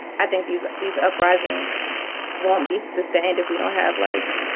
i think these these uprisings won't be sustained if we don't have, like,